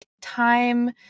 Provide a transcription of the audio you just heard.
time